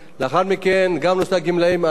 אדוני יושב-ראש הוועדה,